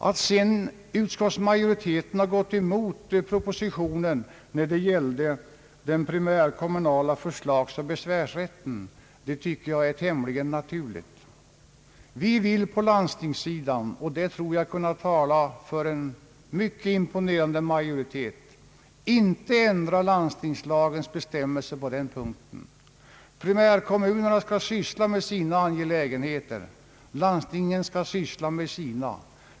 Att sedan utskottsmajoriteten har gått emot propositionen när det gällde den primärkommunala förslagsoch hesvärsrätten tycker jag är tämligen naturligt. Vi vill på landstingssidan — där tror jag mig kunna tala för en mycket imponerande majoritet — inte ändra landstingslagens bestämmelser på den punkten. Primärkommunerna skall syssla med sina angelägenheter, landstingen skall syssla med sina.